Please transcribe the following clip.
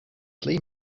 flea